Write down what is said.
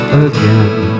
again